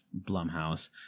blumhouse